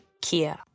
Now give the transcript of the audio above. Kia